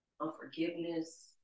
unforgiveness